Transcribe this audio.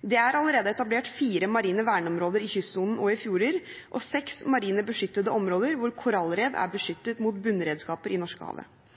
Det er allerede etablert fire marine verneområder i kystsonen og i fjorder og seks marine beskyttede områder hvor korallrev er beskyttet mot bunnredskaper i Norskehavet.